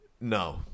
No